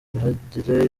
ntihagire